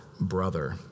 Brother